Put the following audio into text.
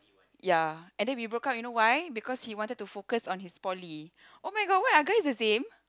ya and then we broke up you know why because he wanted to focus on his poly oh-my-god why are guys the same